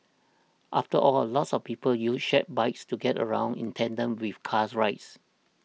after all lots of people use shared bikes to get around in tandem with cars rides